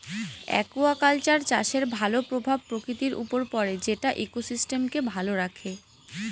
aquaculture চাষের ভালো প্রভাব প্রকৃতির উপর পড়ে যেটা ইকোসিস্টেমকে ভালো রাখে